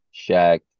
Shaq